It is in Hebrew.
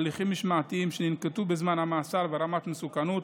הליכים משמעתיים שננקטו בזמן המעצר ורמת מסוכנות.